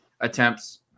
attempts